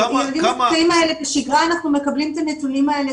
כמה --- ילדים זכאים האלה בשגרה אנחנו מקבלים את הנתונים האלה